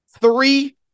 Three